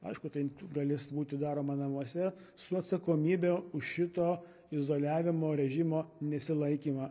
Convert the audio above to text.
aišku tai galės būti daroma namuose su atsakomybe už šito izoliavimo režimo nesilaikymą